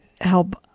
help